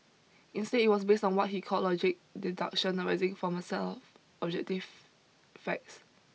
instead it was based on what he called logic deduction arising from a set of objective facts